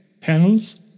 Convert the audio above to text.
panels